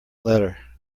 letter